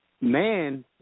Man